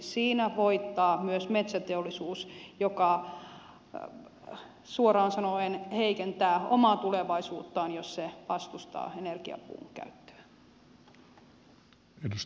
siinä voittaa myös metsäteollisuus joka suoraan sanoen heikentää omaa tulevaisuuttaan jos se vastustaa energiapuun käyttöä